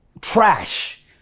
trash